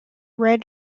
red